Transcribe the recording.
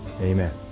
Amen